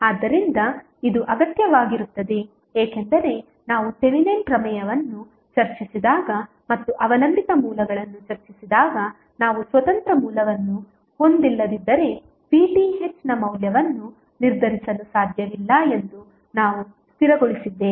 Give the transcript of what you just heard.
ಆದ್ದರಿಂದ ಇದು ಅಗತ್ಯವಾಗಿರುತ್ತದೆ ಏಕೆಂದರೆ ನಾವು ಥೆವೆನಿನ್ ಪ್ರಮೇಯವನ್ನು ಚರ್ಚಿಸಿದಾಗ ಮತ್ತು ಅವಲಂಬಿತ ಮೂಲಗಳನ್ನು ಚರ್ಚಿಸಿದಾಗ ನಾವು ಸ್ವತಂತ್ರ ಮೂಲವನ್ನು ಹೊಂದಿಲ್ಲದಿದ್ದರೆ VThನ ಮೌಲ್ಯವನ್ನು ನಿರ್ಧರಿಸಲು ಸಾಧ್ಯವಿಲ್ಲ ಎಂದು ನಾವು ಸ್ಥಿರಗೊಳಿಸಿದ್ದೇವೆ